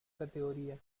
categoría